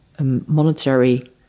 monetary